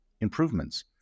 improvements